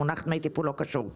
המונח דמי טיפול לא קשור כאן.